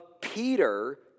Peter